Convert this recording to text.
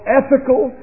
ethical